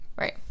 Right